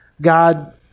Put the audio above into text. God